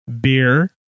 Beer